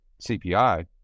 CPI